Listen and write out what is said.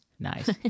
nice